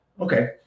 Okay